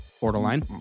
borderline